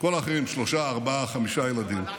כל האחרים, שלושה, ארבעה, חמישה ילדים.